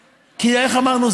כי, איך אמרנו?